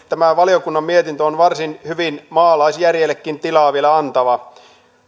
tämä valiokunnan mietintö on vielä varsin hyvin maalaisjärjellekin tilaa antava